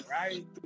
right